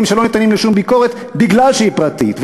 שלא ניתנים לשום ביקורת מפני שהיא פרטית,